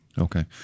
Okay